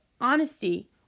honesty